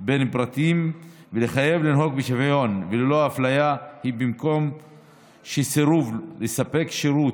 בין פרטים ולחייבם לנהוג בשוויון וללא אפליה היא במקום שסירוב לספק שירות